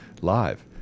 live